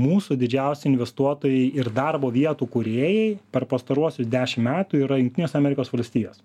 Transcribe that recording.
mūsų didžiausi investuotojai ir darbo vietų kūrėjai per pastaruosius dešim metų yra jungtinės amerikos valstijos